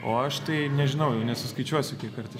o aš tai nežinau jau nesuskaičiuosiu kiek kartų